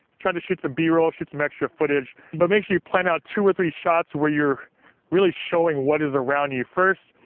try to shoot some b-roll, shoot some extra footage. but make sure you plan out two or three shots where you're really showing what is around you first,